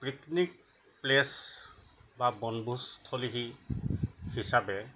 picnic place বা বনভোজস্থলী হিচাপে